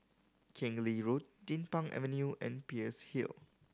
Keng Lee Road Din Pang Avenue and Peirce Hill